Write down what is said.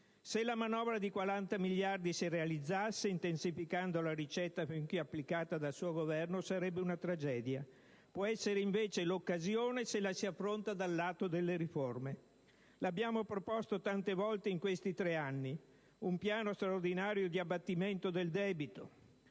Se la manovra di 40 miliardi si realizzasse, intensificando la ricetta fin qui applicata dal suo Governo, sarebbe una tragedia; può essere invece l'occasione se la si affronta dal lato delle riforme. Lo abbiamo proposto tante volte in questi tre anni: un piano straordinario di abbattimento del debito,